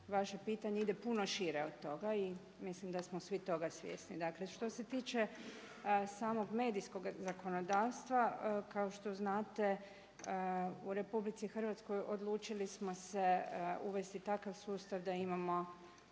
vaše pitanje ide puno šire od toga i mislim da smo svi toga svjesni. Dakle, što se tiče samog medijskoga zakonodavstva kao što znate u RH odlučili smo se uvesti takav sustav da imamo